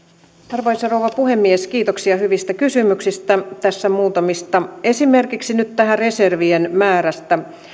arvoisa rouva puhemies kiitoksia hyvistä kysymyksistä tässä muutamista esimerkiksi nyt reservien määrästä